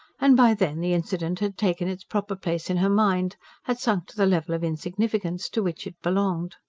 and, by then, the incident had taken its proper place in her mind had sunk to the level of insignificance to which it belonged.